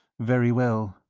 very well.